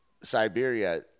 siberia